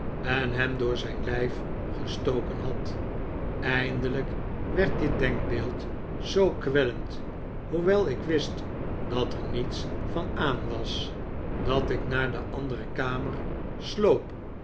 en hem door zijn lijf gestoken had eindelijk werd dit denkbeeld zoo kwellend hoewel ik wist dat er niets van aan was dat ik naar de andere kamer sloop